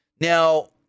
Now